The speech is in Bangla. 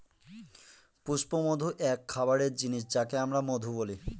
পুষ্পমধু এক খাবারের জিনিস যাকে আমরা মধু বলি